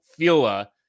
Fila